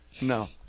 No